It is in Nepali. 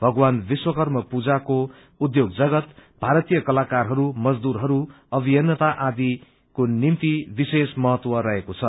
भगवान विश्वकर्मा पूजाको दिन को उध्योग जगत भारतीय कलाकारहरू मजदुरहरू अभियन्ता आदिको निम्ति विशेष महतव रेको छ